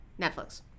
Netflix